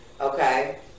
okay